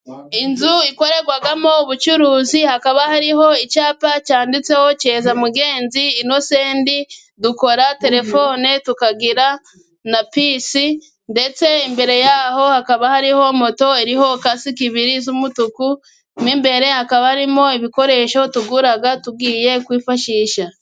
Inzu ikorerwamo ubucuruzi, hakaba hariho icyapa cyanditseho cyezamugenzi inosenti dukora telefone tukagira na pisi, ndetse imbere yaho hakaba hariho moto iriho kasiki ebyiri z'umutuku ndetse imbere hakaba harimo ibikoresho tugura tugiye kwifashisha.